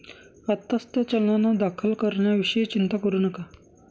आत्ताच त्या चलनांना दाखल करण्याविषयी चिंता करू नका